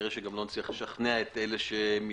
כנראה שגם לא נצליח לשכנע את אלה שמתנגדים.